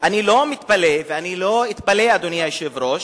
אני לא אתפלא, אדוני היושב-ראש,